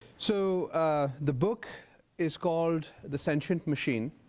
so the book is called the sentient machine,